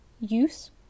use